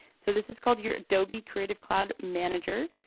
so this is called your adobe creative cloud manager.